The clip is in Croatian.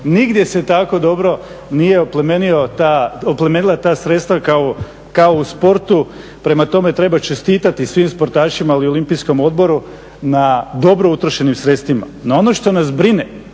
nigdje se tako dobro nije oplemenila ta sredstva kao u sportu, prema tome treba čestitati svim sportašima, ali i Olimpijskom odboru na dobro utrošenim sredstvima. No ono što nas brine